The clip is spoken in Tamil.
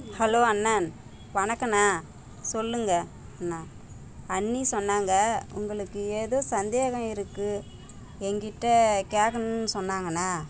ஹலோ அண்ணன் வணக்கண்ணன் சொல்லுங்கள் அண்ணன் அண்ணி சொன்னாங்கள் உங்களுக்கு ஏதோ சந்தேகம் இருக்குது எங்கிட்ட கேட்கணும்னு சொன்னாங்கண்ணன்